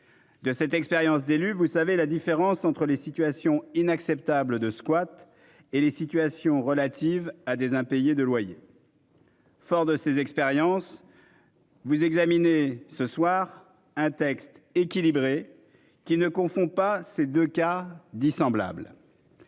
De cette expérience d'élu. Vous savez la différence entre les situations inacceptables de squats et les situations relatives à des impayés de loyers. Fort de ses expériences. Vous examiner ce soir un texte équilibré qui ne confond pas ces deux cas dissemblables.